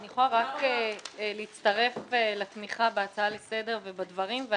אני יכולה להצטרף לתמיכה בהצעה לסדר ולדברים.